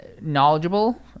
knowledgeable